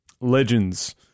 Legends